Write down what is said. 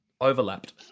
overlapped